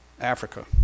Africa